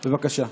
בבקשה.